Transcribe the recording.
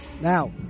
Now